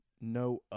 No